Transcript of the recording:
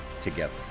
together